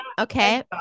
okay